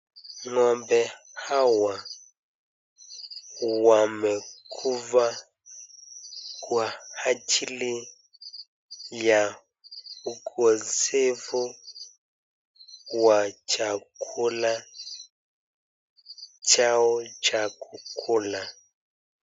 Ng'ombe hawa wamekufa kwa ajili ya ukosefu wa chakula chao cha kukula.